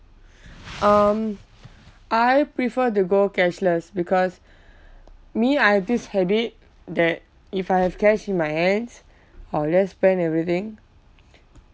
um I prefer to go cashless because me I have this habit that if I have cash in my hands I will just spend everything